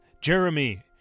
Jeremy